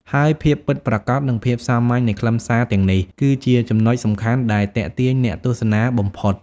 ហើយភាពពិតប្រាកដ និងភាពសាមញ្ញនៃខ្លឹមសារទាំងនេះ គឺជាចំណុចសំខាន់ដែលទាក់ទាញអ្នកទស្សនាបំផុត។